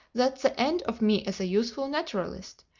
that's the end of me as a useful naturalist.